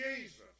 Jesus